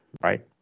right